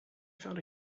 found